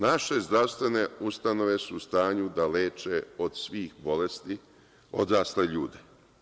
Naše zdravstvene ustanove su u stanju da leče od svih bolesti odrasle ljude.